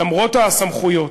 למרות הסמכויות,